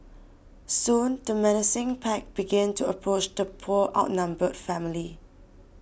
soon the menacing pack began to approach the poor outnumbered family